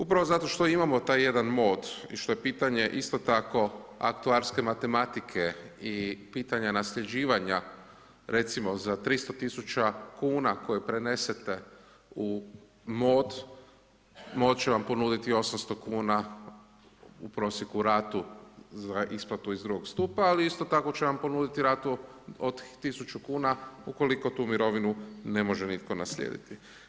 Upravo zato što imamo taj jedan MOD i što je pitanje isto tako aktuarske matematike i pitanja nasljeđivanja recimo za 300 tisuća kuna koje prenesete u MOD, MOD će vam ponuditi 800 kuna u prosjeku ratu za isplatu iz drugog stupa ali isto tako će vam ponuditi ratu od 1000 kuna ukoliko tu mirovinu ne može nitko naslijediti.